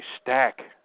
stack